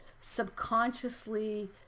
subconsciously